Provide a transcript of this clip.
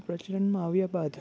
આ પ્રચલનમાં આવ્યા બાદ